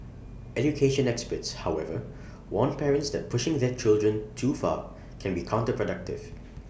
education experts however warn parents that pushing their children too far can be counterproductive